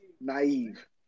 Naive